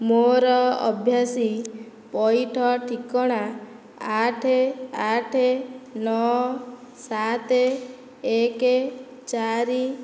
ମୋର ଅଭାସୀ ପଇଠ ଠିକଣା ଆଠ ଆଠ ନଅ ସାତ ଏକ ଚାରି